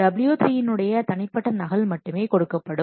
W3 இன் உடைய தனிப்பட்ட நகல் மட்டுமே கொடுக்கப்படும்